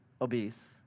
obese